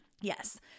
Yes